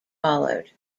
followed